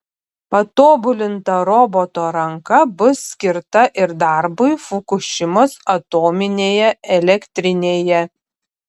patobulinta roboto ranka bus skirta ir darbui fukušimos atominėje elektrinėje